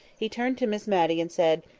he turned to miss matty, and said,